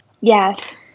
Yes